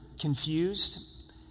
confused